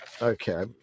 Okay